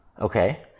Okay